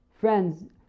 Friends